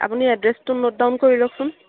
আপুনি এড্ৰেছটো note down কৰি লওকচোন